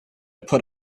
put